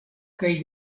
kaj